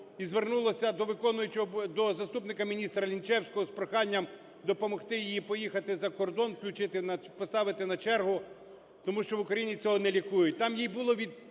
до виконуючого… до заступника міністра Лінчевського з проханням допомогти їй поїхати за кордон, поставити на чергу, тому що в Україні цього не лікують.